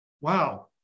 wow